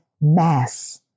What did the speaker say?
mass